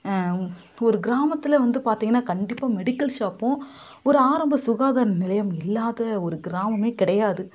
ஒரு கிராமத்தில் வந்து பார்த்திங்கன்னா கண்டிப்பாக மெடிக்கல் ஷாப்பும் ஒரு ஆரம்ப சுகாதார நிலையம் இல்லாத ஒரு கிராமமே கிடையாது